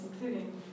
including